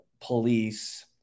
police